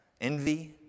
envy